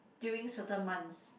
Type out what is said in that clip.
during certain months